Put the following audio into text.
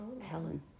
Helen